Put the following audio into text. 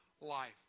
life